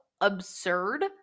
absurd